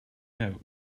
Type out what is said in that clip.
note